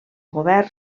govern